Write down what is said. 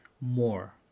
more